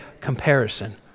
comparison